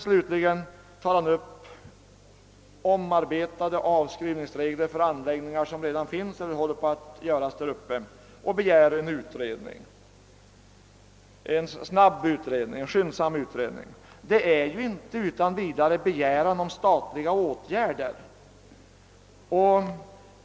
Slutligen tar motionären upp behovet av omarbetade avskrivningsregler för turistanläggningar som redan finns eller är under uppförande i Jämtlands län och begär en skyndsam utredning härom. Det gäller i dessa fall inte någon direkt begäran om statliga åtgärder.